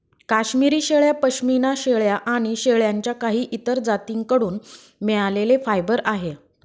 काश्मिरी शेळ्या, पश्मीना शेळ्या आणि शेळ्यांच्या काही इतर जाती कडून मिळालेले फायबर आहे